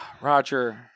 roger